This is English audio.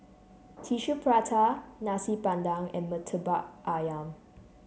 Tissue Prata Nasi Padang and Murtabak ayam